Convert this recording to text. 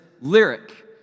lyric